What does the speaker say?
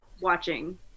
watching